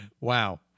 Wow